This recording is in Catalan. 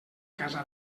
casa